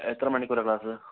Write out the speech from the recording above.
എത്ര മണിക്കൂറാണ് ക്ലാസ്സ്